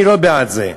אני לא בעד זה.